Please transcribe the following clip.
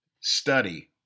study